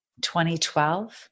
2012